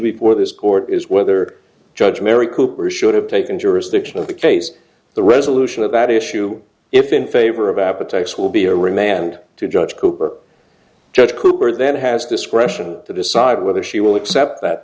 before this court is whether judge mary cooper should have taken jurisdiction of the case the resolution of that issue if in favor of appetites will be a remand to judge cooper judge cooper then has discretion to decide whether she will accept that